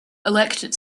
elected